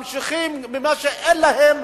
ממשיכים, ממה שאין להם,